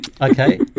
Okay